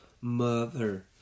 mother